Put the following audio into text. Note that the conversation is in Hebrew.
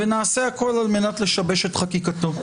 ונעשה הכול על מנת לשבש את חקיקתו.